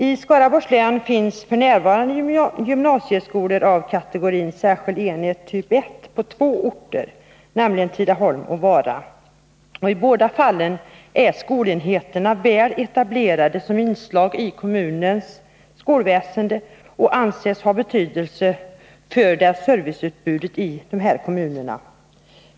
I Skaraborgs län finns f. n. gymnasieskolor av kategorin ”särskild enhet typ 1” på två orter, nämligen Tidaholm och Vara. I båda fallen är skolenheten väl etablerad som inslag i kommunens skolväsende och anses ha betydelse för serviceutbudet i kommunen.